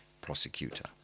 prosecutor